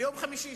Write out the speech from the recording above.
ביום חמישי,